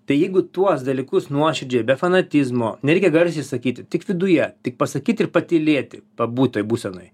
tai jeigu tuos dalykus nuoširdžiai be fanatizmo nereikia garsiai sakyti tik viduje tik pasakyti ir patylėti pabūt toj būsenoj